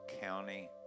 county